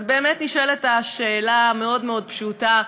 אז באמת נשאלת השאלה המאוד-מאוד פשוטה: